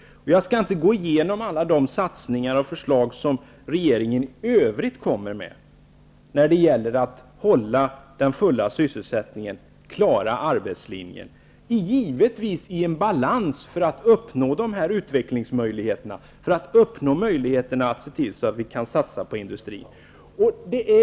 Jag skall inte gå igenom alla de satsningar som regeringen i övrigt kommer med när det gäller att upprätthålla den fulla sysselsättningen och klara arbetslinjen -- givetvis i en balans för att uppnå dessa utvecklingsmöjligheter och se till att vi kan satsa på industrin.